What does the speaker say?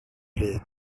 bryd